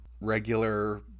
regular